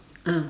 ah